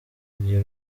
kugira